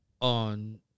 on